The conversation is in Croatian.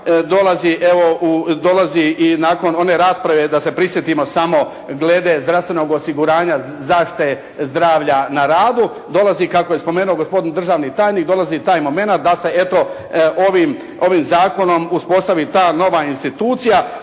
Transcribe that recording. dolazi i nakon one rasprave da se prisjetimo samo glede zdravstvenog osiguranja zaštite zdravlja a radu, dolazi kako je spomenuo gospodin državni tajnik, dolazi taj momenata da se evo ovim zakonom uspostavi ta nova institucija